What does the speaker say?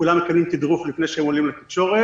כולם מקבלים תדרוך לפני שהם עולים לתקשורת.